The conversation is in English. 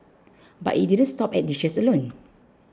but it didn't stop at dishes alone